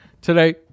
today